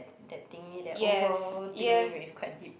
that thingy that oval thingy with quite deep